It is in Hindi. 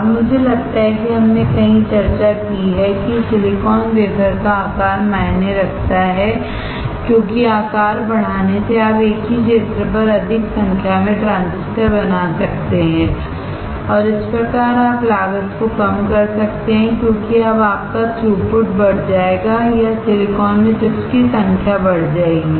अब मुझे लगता है कि हमने कहीं चर्चा की है कि सिलिकॉन वेफर् का आकार मायने रखता है क्योंकि आकार बढ़ाने से आप एक ही क्षेत्र पर अधिक संख्या में ट्रांजिस्टर बना सकते हैं और इस प्रकार आप लागत को कम कर सकते हैं क्योंकि अब आपका थ्रूपुट बढ़ जाएगा या सिलिकॉन में चिप्स की संख्या बढ़ जाएगी